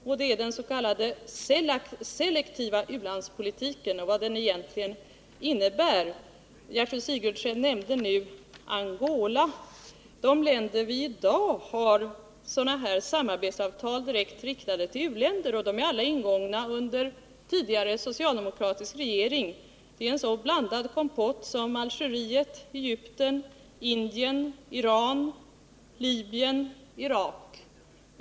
Det gäller den s.k. selektiva u-landspolitiken och vad den egentligen innebär. Gertrud Sigurdsen nämnde nu Angola. I dag är sådana samarbetsavtal direkt riktade till u-länder, och de är alla ingångna under den tidigare socialdemokratiska regeringens tid. Det är en så blandad kompott som Algeriet, Egypten, Indien, Iran, Libyen och Irak.